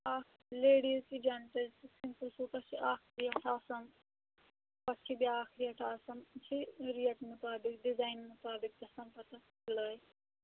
اکھ لیڈیٖز تہِ جَنٹزٕ تہِ سِمپٕل سوٗٹَس چھِ اَکھ ریٹ آسَان پَتہٕ چھِ بیٛاکھ ریٹ آسَان چھِ ریٹ مُطٲبق ڈِزایِن مُطٲبق گژھان پَتہٕ سِلٲے